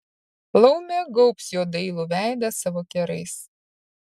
laumė gaubs jo dailų veidą savo kerais